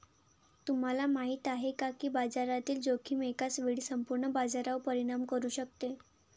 तुम्हाला माहिती आहे का की बाजारातील जोखीम एकाच वेळी संपूर्ण बाजारावर परिणाम करू शकते?